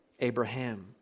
Abraham